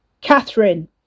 Catherine